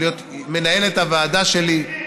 מנהלת הוועדה שלי,